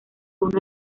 uno